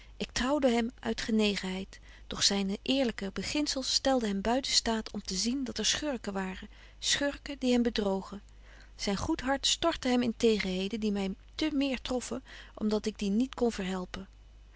ik trouwde hem uit genegenheid doch zyne eerlyke beginzels stelden hem buiten staat om te zien dat er schurken waren schurken die hem bedrogen zyn goed hart stortte hem in tegenheden die my te meer troffen om dat ik die niet kon verhelpen